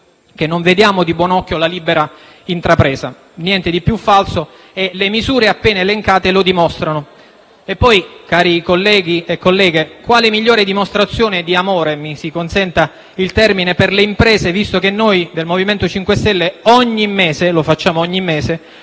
non vediamo di buon occhio la libera intrapresa. Niente di più falso e le misure appena elencate lo dimostrano. Cari colleghi e colleghe, quale maggior dimostrazione di amore - mi si consenta il termine - per le imprese del fatto che noi del MoVimento 5 Stelle ogni mese - lo facciamo ogni mese